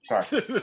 Sorry